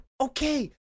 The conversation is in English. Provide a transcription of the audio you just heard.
Okay